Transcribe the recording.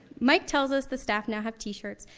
mike tells us the staff now have t-shirts,